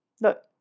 look